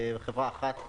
חברה אחת,